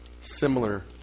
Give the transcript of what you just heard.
similar